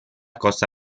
costa